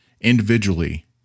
individually